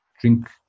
Drink